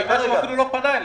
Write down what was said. מסתבר שהוא אפילו לא פנה אליהם.